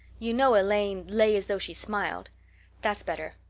you know elaine lay as though she smiled that's better.